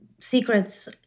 secrets